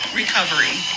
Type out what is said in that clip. recovery